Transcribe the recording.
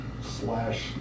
slash